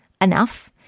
enough